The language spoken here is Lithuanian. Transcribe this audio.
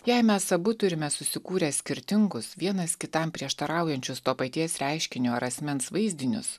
jei mes abu turime susikūrę skirtingus vienas kitam prieštaraujančius to paties reiškinio ar asmens vaizdinius